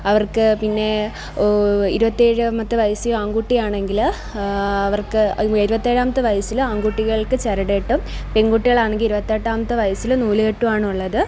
അവര്ക്ക് പിന്നെ ഇരുപത്തിയേഴാമത്തെ വയസ്സില് ആണ്കുട്ടിയാണെങ്കില് അവര്ക്ക് ഇരുപത്തിയേഴാമത്തെ വയസ്സില് ആണ്കുട്ടികള്ക്ക് ചരടുകെട്ടും പെണ്കുട്ടികളാണെങ്കില് ഇരുപത്തിയെട്ടാമത്തെ വയസ്സില് നൂലുകെട്ടുമാണുള്ളത്